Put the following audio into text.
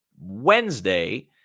Wednesday